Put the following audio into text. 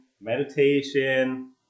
meditation